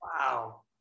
wow